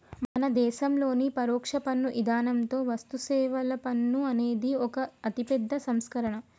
మన దేసంలోని పరొక్ష పన్ను ఇధానంతో వస్తుసేవల పన్ను అనేది ఒక అతిపెద్ద సంస్కరణ